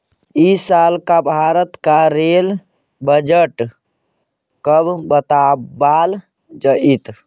इस साल का भारत का रेल बजट कब बतावाल जतई